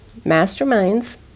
masterminds